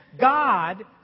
God